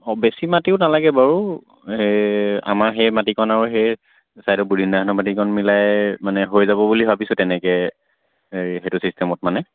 অঁ বেছি মাটিও নালাগে বাৰু এই আমাৰ সেই মাটিকণ আৰু সেই চাইদৰ বুধিন দাহঁতৰ মাটিকণ মিলাই মানে হৈ যাব বুলি ভাবিছোঁ তেনেকৈ এই সেইটো চিষ্টেমত মানে